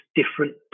different